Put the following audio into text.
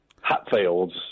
Hatfields